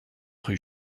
rue